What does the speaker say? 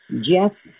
Jeff